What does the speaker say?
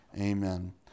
Amen